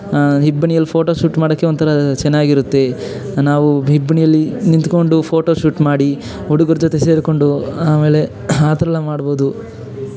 ಇಬ್ಬನಿಯಲ್ಲಿ photo shoot ಮಾಡೋಕ್ಕೆ ಒಂಥರ ಚೆನ್ನಾಗಿರುತ್ತೆ ನಾವು ಇಬ್ಬನಿಯಲ್ಲಿ ನಿಂತ್ಕೊಂಡು ಫೋಟೋ ಶೂಟ್ ಮಾಡಿ ಹುಡುಗ್ರ ಜೊತೆ ಸೇರಿಕೊಂಡು ಆಮೇಲೆ ಆ ಥರ ಎಲ್ಲ ಮಾಡ್ಬಹುದು